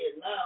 now